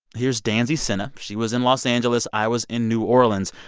here's danzy senna. she was in los angeles. i was in new orleans,